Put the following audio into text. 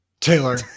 Taylor